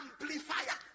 amplifier